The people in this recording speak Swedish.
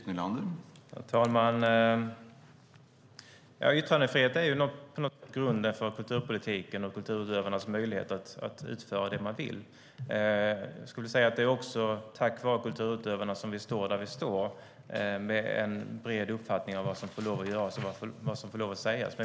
Herr talman! Yttrandefrihet är på något sätt grunden för kulturpolitiken och kulturutövarnas möjligheter att utföra det man vill. Det är också tack vare kulturutövarna som vi står där vi står, med en bred uppfattning om vad som får göras och vad som får sägas.